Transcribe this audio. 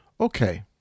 Okay